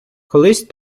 колись